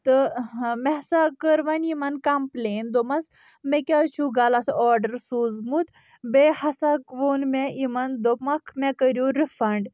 تہٕ مےٚ ہسا کٔر ونۍ یمن کمپلین دوٚپمس مےٚ کیازِ چھُو غلط آڈر سوزمُت بیٚیہِ ہسا ووٚن مےٚ اِمن دوٚپمکھ مےٚ کٔرِو رِفنڈ